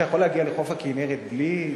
אתה יכול להגיע לחוף בכינרת בלי,